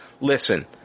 listen